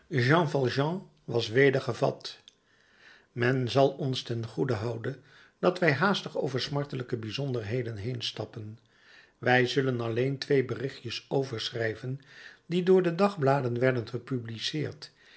was weder gevat men zal ons ten goede houden dat wij haastig over smartelijke bijzonderheden heenstappen wij zullen alleen twee berichtjes overschrijven die door de dagbladen werden gepubliceerd